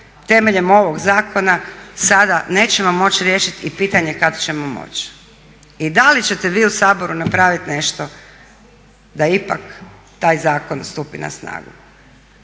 temeljem ovog zakona sada nećemo moći riješiti i pitanje kad ćemo moć i da li ćete vi u Saboru napravit nešto da ipak taj zakon stupi na snagu?